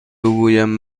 بگویم